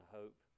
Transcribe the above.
hope